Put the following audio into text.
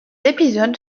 épisode